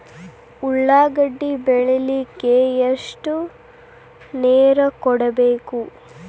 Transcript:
ಉಳ್ಳಾಗಡ್ಡಿ ಬೆಳಿಲಿಕ್ಕೆ ಎಷ್ಟು ನೇರ ಕೊಡಬೇಕು?